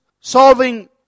solving